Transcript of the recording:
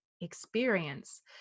experience